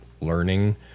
learning